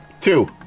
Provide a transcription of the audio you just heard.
two